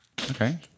Okay